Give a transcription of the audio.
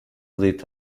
lit